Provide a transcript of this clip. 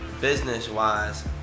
business-wise